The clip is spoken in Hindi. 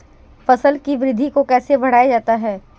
फसल की वृद्धि को कैसे बढ़ाया जाता हैं?